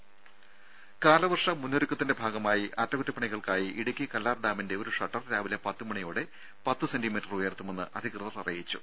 ദേദ കാലവർഷ മുന്നൊരുക്കത്തിന്റെ ഭാഗമായി അറ്റകുറ്റപണികൾക്കായി ഇടുക്കി കല്ലാർ ഡാമിന്റെ ഒരു ഷട്ടർ രാവിലെ പത്തുമണിയോടെ പത്ത് സെന്റിമീറ്റർ ഉയർത്തുമെന്ന് അധികൃതർ അറിയിച്ചു